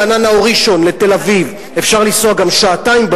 רעננה או ראשון לתל-אביב אפשר לנסוע גם שעתיים,